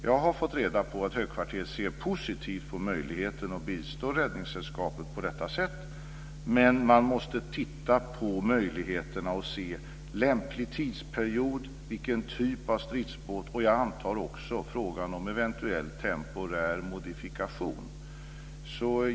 Jag har fått reda på att högkvarteret ser positivt på möjligheten att bistå Sjöräddningssällskapet på detta sätt, men de måste titta på möjligheterna och se på lämplig period, typ av stridsbåt och, antar jag, frågan om eventuell temporär modifikation.